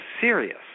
serious